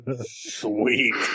Sweet